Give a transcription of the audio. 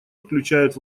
включают